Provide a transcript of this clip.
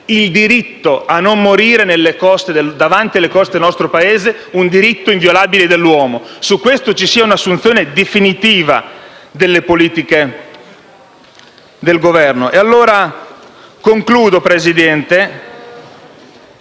il diritto a non morire davanti alle coste del nostro Paese come diritto inviolabile dell'uomo. Su questo ci sia un'assunzione definitiva delle politiche del Governo. È tempo di chiudere,